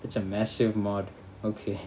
it's a massive mod okay